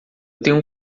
tenho